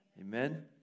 Amen